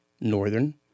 northern